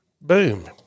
boom